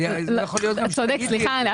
צודק, סליחה.